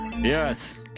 Yes